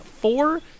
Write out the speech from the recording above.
four